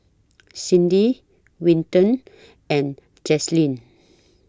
Cindy Winton and Jazlynn